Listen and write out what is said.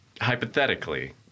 hypothetically